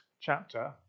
chapter